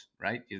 right